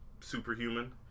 superhuman